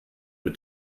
mit